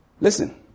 Listen